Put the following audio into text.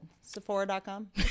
sephora.com